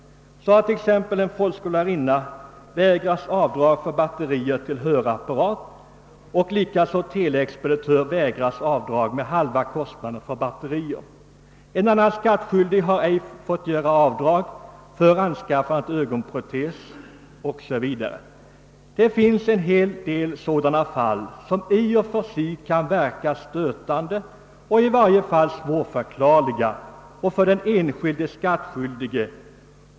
Sålunda har en folkskollärarinna vägrats avdrag för batterier till hörapparat och en teleexpeditör har vägrats avdrag med halva kostnaden för batterier. En annan skattskyldig har inte fått göra avdrag för anskaffad ögonprotes. : Det finns en hel del sådana fall:som i och för sig kan verka stötande och i varje fall svårförklarliga för: den enskilde skattskyldige.